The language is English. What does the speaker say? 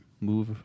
move